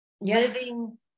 living